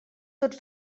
tots